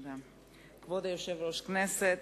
כבוד יושב-ראש הכנסת,